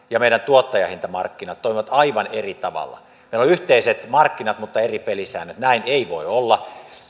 ja meidän tuottajahintamarkkinat toimivat aivan eri tavalla meillä on yhteiset markkinat mutta eri pelisäännöt näin ei voi olla